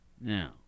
Now